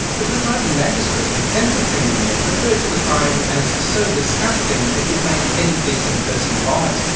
the presiding magistrate in sentencing the men referred to the crime as so disgusting, it would make any decent person vomit'.